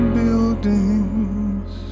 buildings